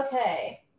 Okay